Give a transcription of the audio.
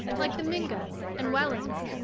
like the mingotts and wellands,